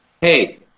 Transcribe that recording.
hey